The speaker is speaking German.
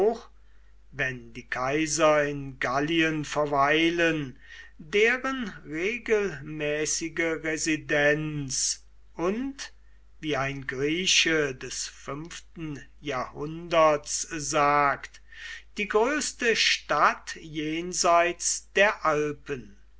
wenn die kaiser in gallien verweilen deren regelmäßige residenz und wie ein grieche des fünften jahrhunderts sagt die größte stadt jenseits der alpen